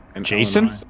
Jason